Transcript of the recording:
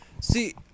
See